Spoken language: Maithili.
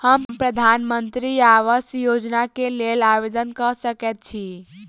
हम प्रधानमंत्री आवास योजना केँ लेल आवेदन कऽ सकैत छी?